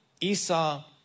Esau